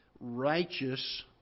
righteous